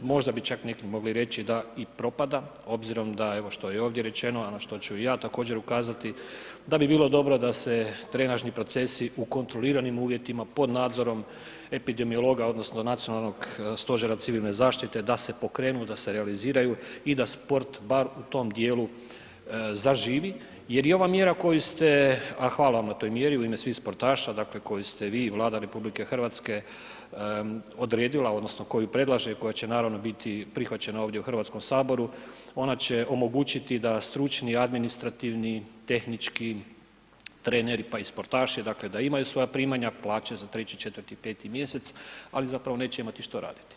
Možda bi čak neki mogli reći da i propada obzirom da evo što je i ovdje rečeno, a na što ću i ja također ukazati da bi bilo dobro da se trenažni procesi u kontroliranim uvjetima pod nadzorom epidemiologa odnosno Nacionalnog stožera civilne zaštite da se pokrenu, da se realiziraju i da sport bar u tom dijelu zaživi jer je ova mjera koju ste, a hvala vam na toj mjeri u ime svih sportaša, dakle koju ste vi i Vlada RH odredila odnosno koju predlaže i koja će naravno biti prihvaćena ovdje u HS, ona će omogućiti da stručni, administrativni, tehnički, treneri, pa i sportaši, dakle da imaju svoja primanja, plaće za 3., 4., 5. mjesec, ali zapravo neće imati što raditi.